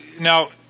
Now